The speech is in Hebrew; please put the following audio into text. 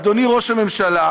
אדוני ראש הממשלה,